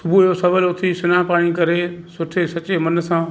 सुबुह जो सवेल उथी सनानु पाणी करे सुठे सचे मन सां